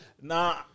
Nah